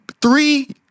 three